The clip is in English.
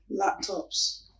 laptops